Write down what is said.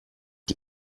die